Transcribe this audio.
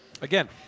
Again